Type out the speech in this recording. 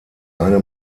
eine